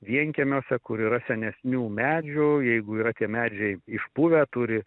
vienkiemiuose kur yra senesnių medžių jeigu yra tie medžiai išpuvę turi